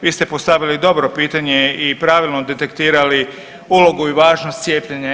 Vi ste postavili dobro pitanje i pravilno detektirali ulogu i važnost cijepljenja.